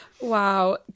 Wow